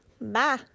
Bye